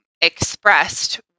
expressed